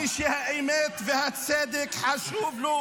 מי שהאמת והצדק חשובים לו,